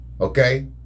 Okay